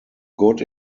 good